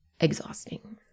exhausting